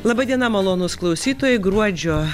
laba diena malonūs klausytojai gruodžio